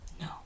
No